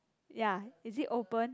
ya is it open